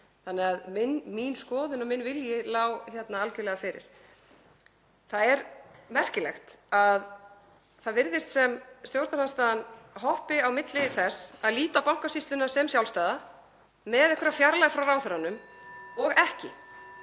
Mín skoðun og minn vilji lá því algjörlega fyrir. Það er merkilegt að svo virðist sem stjórnarandstaðan hoppi á milli þess að líta á Bankasýsluna sem sjálfstæða, með einhverja fjarlægð frá ráðherranum, og ekki.